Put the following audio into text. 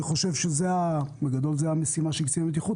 אני חושב שבגדול זאת המשימה של קצין בטיחות